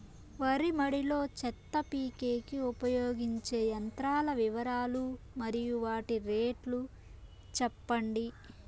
వరి మడి లో చెత్త పీకేకి ఉపయోగించే యంత్రాల వివరాలు మరియు వాటి రేట్లు చెప్పండి?